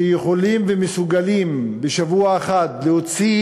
שיכולות ומסוגלות בשבוע אחד להוציא